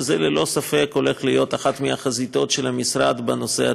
וזה ללא ספק הולך להיות אחת מהחזיתות של המשרד בנושא התכנוני.